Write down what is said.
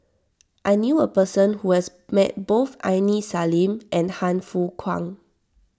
I knew a person who has met both Aini Salim and Han Fook Kwang